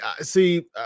see